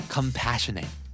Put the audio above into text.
Compassionate